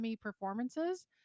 performances